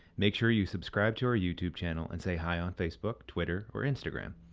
make sure you subscribe to our youtube channel and say hi on facebook, twitter or instagram.